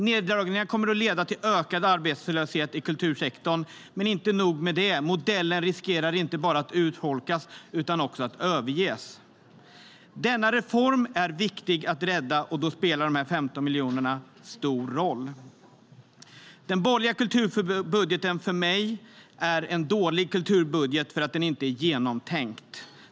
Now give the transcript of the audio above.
Neddragningarna kommer att leda till ökad arbetslöshet inom kultursektorn. Men inte nog med det: Modellen riskerar inte bara att urholkas utan också att överges. Den borgerliga kulturbudgeten är för mig en dålig kulturbudget, eftersom den inte är genomtänkt.